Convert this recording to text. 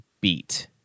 beat